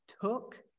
took